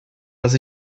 dass